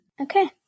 Okay